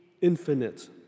infinite